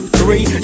three